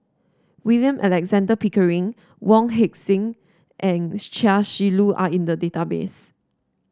William Alexander Pickering Wong Heck Sing and Chia Shi Lu are in the database